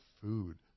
food